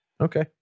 okay